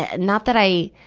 and not that i,